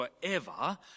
forever